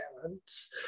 parents